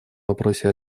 вопросе